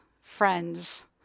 friends